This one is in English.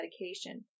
medication